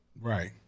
Right